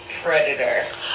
predator